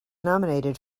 nominated